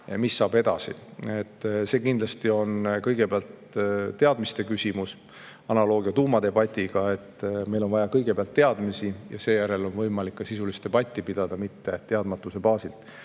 mis saab edasi. See on kindlasti kõigepealt teadmiste küsimus. Siin on analoogia tuumadebatiga – meil on vaja kõigepealt teadmisi, seejärel on võimalik ka sisulist debatti pidada, seda ei saa teha teadmatuse baasilt.